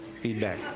Feedback